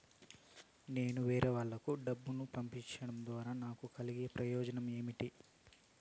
నేను వేరేవాళ్లకు డబ్బులు పంపించడం ద్వారా నాకు కలిగే ప్రయోజనం ఏమి?